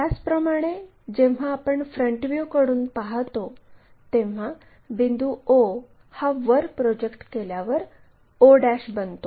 त्याचप्रमाणे जेव्हा आपण फ्रंट व्ह्यूकडून पाहतो तेव्हा बिंदू o हा वर प्रोजेक्ट केल्यावर o बनतो